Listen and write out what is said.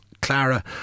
Clara